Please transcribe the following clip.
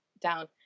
down